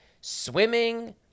swimming